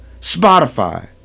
Spotify